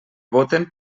voten